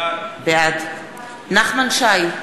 בעד נחמן שי,